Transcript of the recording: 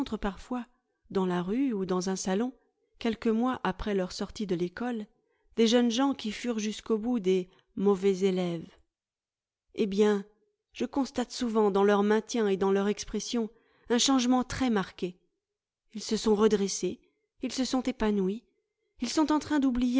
parfois dans la rue ou dans un salon quelques mois après leur sortie de l'école des jeunes g ens qui furent jusqu'au bout des mauvais élèves eh bien je constate souvent dans leur maintien et dans leur expression un changement très marqué ils se sont redressés ils se sont épanouis ils sont en train